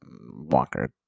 Walker